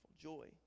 Joy